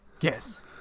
Yes